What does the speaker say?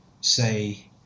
say